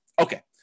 Okay